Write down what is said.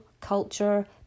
culture